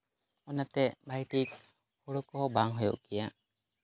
ᱚᱱᱟᱛᱮ ᱵᱷᱟᱹᱜᱮ ᱴᱷᱤᱠ ᱦᱩᱲᱩ ᱠᱚᱦᱚᱸ ᱵᱟᱝ ᱦᱩᱭᱩᱜ ᱜᱮᱭᱟ